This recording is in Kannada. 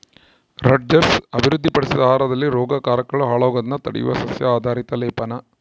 ರಟ್ಜರ್ಸ್ ಅಭಿವೃದ್ಧಿಪಡಿಸಿದ ಆಹಾರದಲ್ಲಿ ರೋಗಕಾರಕಗಳು ಹಾಳಾಗೋದ್ನ ತಡೆಯುವ ಸಸ್ಯ ಆಧಾರಿತ ಲೇಪನ